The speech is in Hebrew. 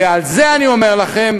ועל זה אני אומר לכם,